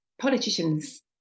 Politicians